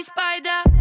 Spider